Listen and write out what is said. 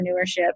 entrepreneurship